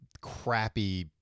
crappy